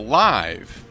live